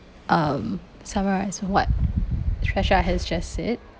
um summarise what tresha has just said